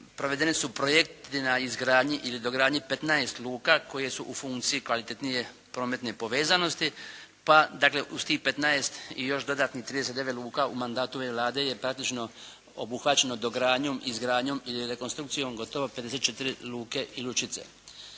provedeni su na projekti na izgradnji ili dogradnji 15 luka koje su u funkciji kvalitetnije prometne povezanosti, pa dakle uz tih 15 i još dodatnih 39 luka u mandatu ove Vlade je praktično obuhvaćeno dogradnjom, izgradnjom ili rekonstrukcijom gotovo 54 luke i lučice.